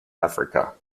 africa